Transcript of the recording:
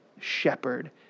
shepherd